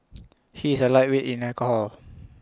he is A lightweight in alcohol